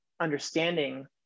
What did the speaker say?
understanding